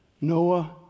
Noah